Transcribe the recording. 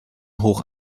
hoch